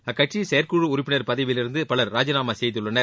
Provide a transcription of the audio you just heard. அக்கட்சியின் செயற்குழு உறுப்பினர் பதவியிலிருந்து பலர் ராஜினாமா செய்துள்ளனர்